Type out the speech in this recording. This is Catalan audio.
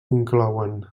inclouen